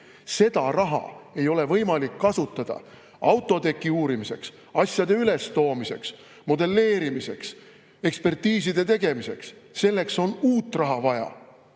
Seda raha ei ole võimalik kasutada autoteki uurimiseks, asjade üles toomiseks, modelleerimiseks, ekspertiiside tegemiseks. Selleks on uut raha vaja.